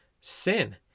sin